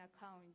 account